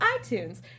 iTunes